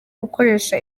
gukoresha